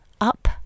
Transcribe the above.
up